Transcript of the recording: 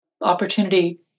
opportunity